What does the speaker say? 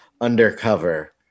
undercover